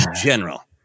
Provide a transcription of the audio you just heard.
general